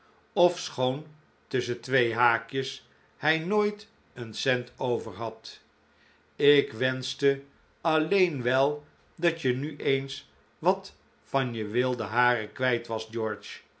ofschoon tusschen twee haakjes hij nooit een cent over had ik wenschte alleen wel dat je nu eens wat van je wilde haren kwijt was